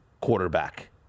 quarterback